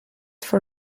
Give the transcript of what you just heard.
for